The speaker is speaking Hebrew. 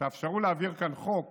תאפשרו להעביר כאן חוק